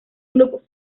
club